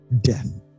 death